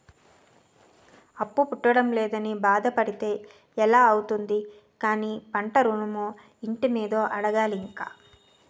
అప్పు పుట్టడం లేదని బాధ పడితే ఎలా అవుతుంది కానీ పంట ఋణమో, ఇంటి మీదో అడగాలి ఇంక